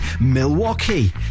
Milwaukee